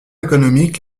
économique